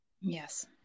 yes